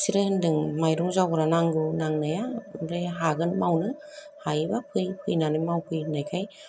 बिसोरो होन्दों माइरं जावग्रा नांगौ नांनाया आमफ्राय हागोन जावनो हायोबा फै फैनानै मावफै होननायखाय